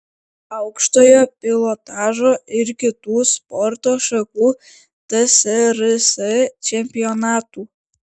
aukštojo pilotažo ir kitų sporto šakų tsrs čempionatų